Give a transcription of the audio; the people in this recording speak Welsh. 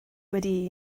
wedi